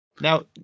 now